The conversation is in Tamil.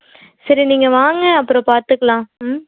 சரி நீங்கள் வாங்க அப்புறம் பார்த்துக்கலாம் ம்